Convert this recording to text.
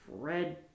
Fred